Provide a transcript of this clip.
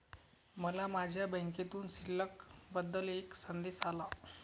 मला माझ्या बँकेतील शिल्लक बद्दल एक संदेश आला